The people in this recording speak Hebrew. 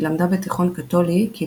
היא למדה בתיכון קתולי כי,